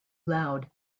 loud